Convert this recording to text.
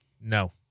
No